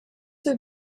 have